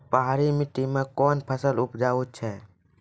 पहाड़ी मिट्टी मैं कौन फसल उपजाऊ छ?